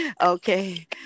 Okay